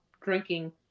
drinking